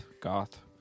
goth